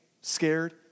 scared